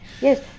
Yes